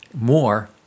more